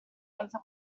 senza